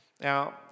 Now